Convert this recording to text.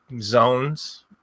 zones